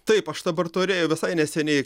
taip aš dabar turėjau visai neseniai